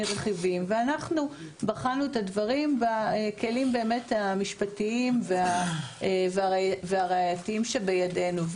רכיבים ואנחנו בחנו את הדברים בכלים המשפטיים והראייתיים שבידינו.